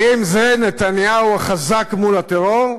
האם זה נתניהו החזק מול הטרור?